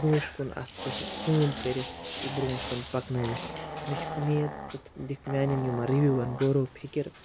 برونٛٹھ کُن اَتھ پٮ۪ٹھ کٲم کٔرِتھ یہِ برونٛٹھ کُن پَکنٲیِتھ مےٚ چھُ اُمید ژٕ دِکھ میٛانٮ۪ن یِمَن رِوِوَن غوروفکر